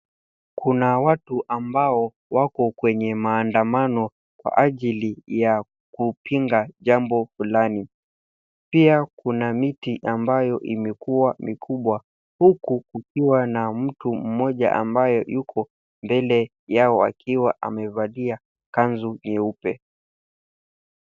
Kuna watu ambao wako kwenye maandamano Kwa ajili ya kupinga jambo fulani. Pia kuna miti ambayo imekua mikubwa huku kukiwa na mtu mmoja ambaye yuko mbele yao akiwa amevalia kanzu nyeupe .